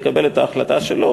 יקבל את ההחלטה שלו,